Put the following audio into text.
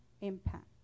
impact